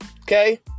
Okay